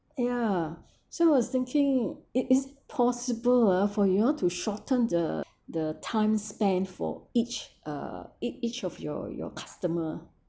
ya so I was thinking it is possible ah for you all to shorten the the time span for each uh each each of your your customer